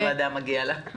מגיעה תודה למנהלת הוועדה.